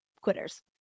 quitters